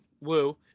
Woo